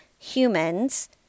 Humans